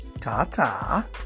Ta-ta